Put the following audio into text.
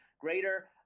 greater